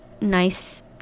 nice